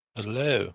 Hello